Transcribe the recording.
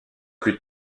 plus